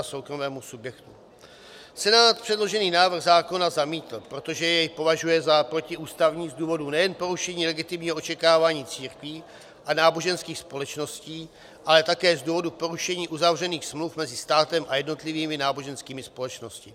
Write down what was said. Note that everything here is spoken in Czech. Senát předložený návrh zákona zamítl, protože jej považuje za protiústavní z důvodu nejen porušení legitimního očekávání církvi a náboženských společností, ale také z důvodu porušení uzavřených smluv mezi státem a jednotlivými náboženskými společnostmi.